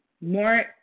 more